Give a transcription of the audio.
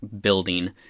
building